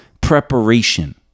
preparation